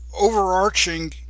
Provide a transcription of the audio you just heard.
overarching